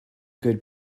good